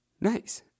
nice